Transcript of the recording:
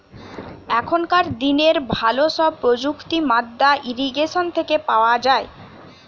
এখনকার দিনের ভালো সব প্রযুক্তি মাদ্দা ইরিগেশন থেকে পাওয়া যায়